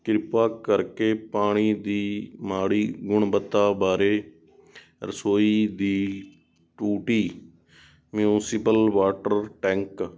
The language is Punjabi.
ਕਿਰਪਾ ਕਰਕੇ ਪਾਣੀ ਦੀ ਮਾੜੀ ਗੁਣਵੱਤਾ ਬਾਰੇ ਰਸੋਈ ਦੀ ਟੂਟੀ ਮਿਊਂਸਪਲ ਵਾਟਰ ਟੈਂਕ